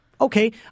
Okay